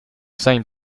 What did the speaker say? same